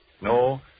No